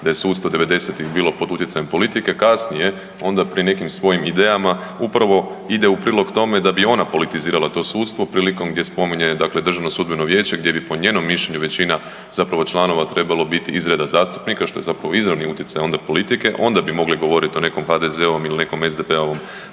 da je sustav 90-ih bilo pod utjecajem politike, kasnije onda pri nekim svojim idejama, upravo ide u prilog tome da bi ona politizirala to sudstvo prilikom gdje spominje dakle DSV, gdje bi po njenom mišljenju većina zapravo članova trebalo biti iz reda zastupnika, što je zapravo izravni utjecaj onda politike, onda bi mogli govoriti o nekom HDZ-ovom ili nekom SDP-ovom